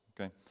okay